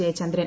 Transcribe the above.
Jayachandran